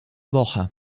woche